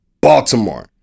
Baltimore